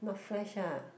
not fresh ah